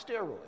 Steroids